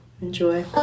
enjoy